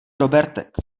robertek